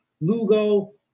Lugo